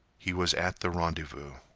he was at the rendezvous.